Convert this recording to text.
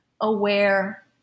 aware